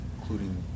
Including